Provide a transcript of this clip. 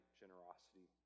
generosity